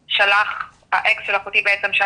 האקס של אחותי בעצם,